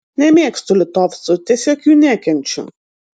nemėgstu litovcų tiesiog jų nekenčiu